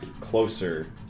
closer